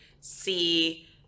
see